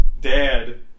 dad